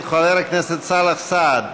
מאת חבר הכנסת סאלח סעד.